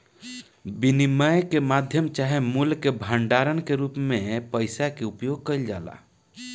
विनिमय के माध्यम चाहे मूल्य के भंडारण के रूप में पइसा के उपयोग कईल जाला